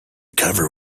cover